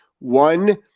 One